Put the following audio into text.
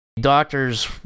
Doctors